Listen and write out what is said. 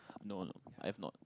no I've not